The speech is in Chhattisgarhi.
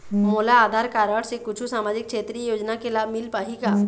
मोला आधार कारड से कुछू सामाजिक क्षेत्रीय योजना के लाभ मिल पाही का?